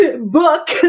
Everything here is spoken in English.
book